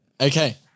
Okay